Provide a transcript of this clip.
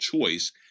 choice